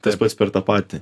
tas pats per tą patį